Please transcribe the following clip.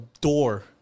door